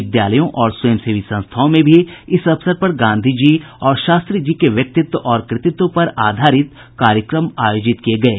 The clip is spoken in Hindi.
विद्यालयों और स्वयंसेवी संस्थाओं में भी इस अवसर पर गांधी जी और शास्त्री जी के व्यक्तित्व और कृतित्व पर आधारित कार्यक्रम आयोजित किये गये